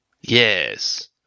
Yes